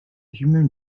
human